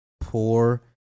poor